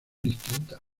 distintas